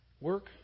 Work